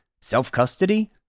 Self-custody